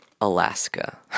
Alaska